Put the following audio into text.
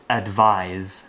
advise